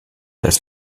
dass